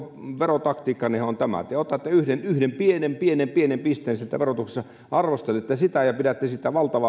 verotaktiikkannehan on tämä että te otatte yhden yhden pienen pienen pienen pisteen sieltä verotuksesta arvostelette sitä ja pidätte siitä valtavaa